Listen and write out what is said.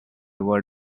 word